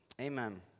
Amen